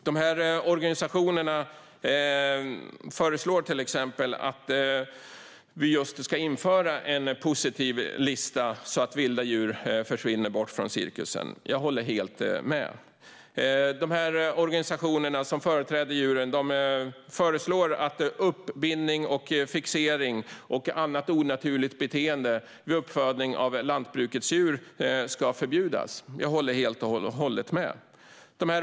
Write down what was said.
Dessa organisationer föreslår till exempel att man ska införa en positiv lista så att vilda djur försvinner från cirkus. Jag håller helt med. Organisationerna som företräder djuren föreslår att uppbindning, fixering och annat onaturligt beteende vid uppfödning av lantbrukets djur ska förbjudas. Jag håller helt och hållet med.